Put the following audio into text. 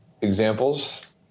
Examples